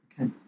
okay